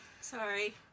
Sorry